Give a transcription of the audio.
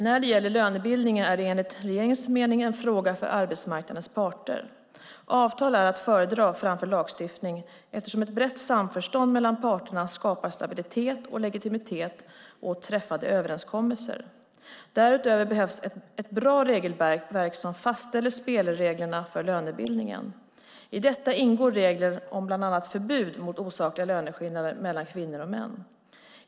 När det gäller lönebildningen är det enligt regeringens mening en fråga för arbetsmarknadens parter. Avtal är att föredra framför lagstiftning, eftersom ett brett samförstånd mellan parterna skapar stabilitet och legitimitet åt träffade överenskommelser. Därutöver behövs ett bra regelverk som fastställer spelreglerna för lönebildningen. I detta ingår regler om bland annat förbud mot osakliga löneskillnader mellan kvinnor och män.